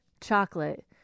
chocolate